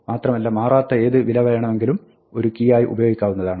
മാത്രമല്ല മാറാത്ത ഏത് വില വേണമെങ്കിലും ഒരു കീ ആയി ഉപയോഗിക്കാവുന്നതാണ്